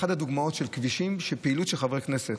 זו אחת הדוגמאות של כבישים שבהם פעילות של חבר כנסת,